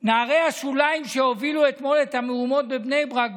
"נערי השוליים שהובילו אתמול את המהומות בבני ברק,